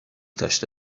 داشته